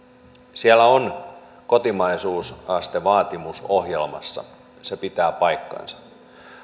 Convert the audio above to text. siellä on kotimaisuusastevaatimus ohjelmassa se pitää paikkansa